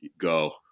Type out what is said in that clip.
go